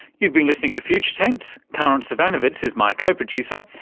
you've been listening to future tense. karin zsivanovits is my co-producer.